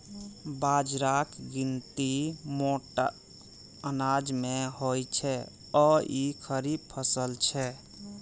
बाजराक गिनती मोट अनाज मे होइ छै आ ई खरीफ फसल छियै